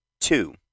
two